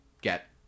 get